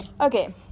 okay